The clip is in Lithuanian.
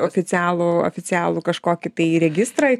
oficialų oficialų kažkokį tai registrą